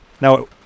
Now